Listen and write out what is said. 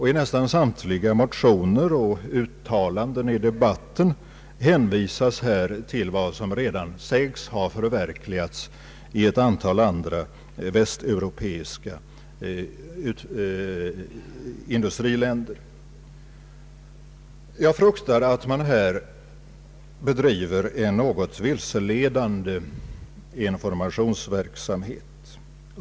I nästan samtliga motioner och uttalanden i debatten hänvisas till vad som här sagts redan vara förverkligat i ett antal andra västeuropeiska industriländer. Jag fruktar att man här bedriver en något vilseledande informationsverksamhet.